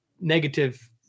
negative